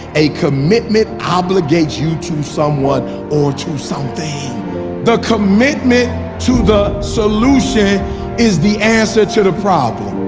a commitment obligates you to someone or to something the commitment to the solution is the answer to the problem.